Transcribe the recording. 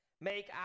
make